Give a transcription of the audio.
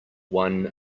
one